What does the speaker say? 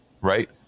Right